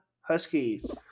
Huskies